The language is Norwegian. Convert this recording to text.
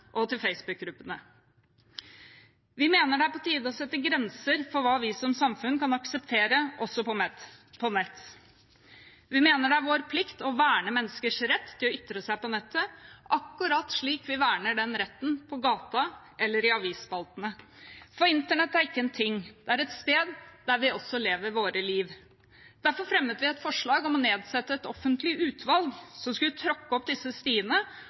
og til facebookgruppene. Vi mener det er på tide å sette grenser for hva vi som samfunn kan akseptere også på nett. Vi mener det er vår plikt å verne menneskers rett til å ytre seg på nettet, akkurat slik vi verner den retten på gata eller i avisspaltene. For internett er ikke en ting – det er et sted der vi også lever våre liv. Derfor fremmet vi et forslag om å nedsette et offentlig utvalg som skulle tråkke opp disse stiene